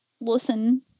listen